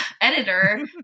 editor